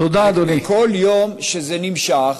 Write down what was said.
וכל יום שזה נמשך,